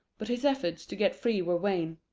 but his efforts to get free were vain.